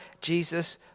Jesus